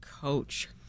coach